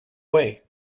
way